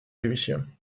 división